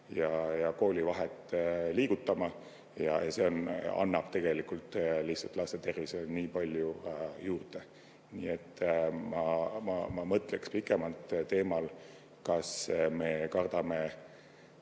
ja kooli vahet liigutama. See annab tegelikult lihtsalt laste tervisele nii palju juurde. Nii et ma mõtleksin pikemalt teemal, kas me kardame